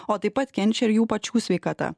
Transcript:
o taip pat kenčia jų pačių sveikata